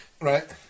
Right